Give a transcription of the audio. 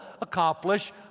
accomplish